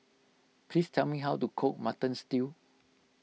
please tell me how to cook Mutton Stew